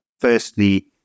Firstly